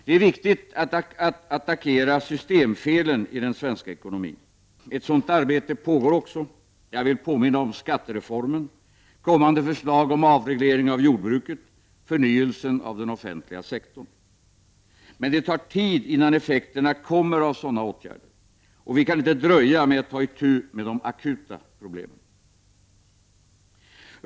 Det är viktigt att attackera systemfelen i den svenska ekonomin. Ett sådant arbete pågår också. Jag vill i detta sammanhang påminna om skattereformen, kommande förslag om avreglering av jordbruket och förnyelsen av den offentliga sektorn. Men det tar tid innan effekterna av sådana åtgärder kommer, och vi kan inte dröja med att ta itu med de akuta problemen.